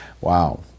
Wow